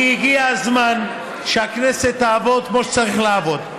כי הגיע הזמן שהכנסת תעבוד כמו שצריך לעבוד.